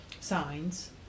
signs